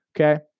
Okay